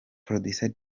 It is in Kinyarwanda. producer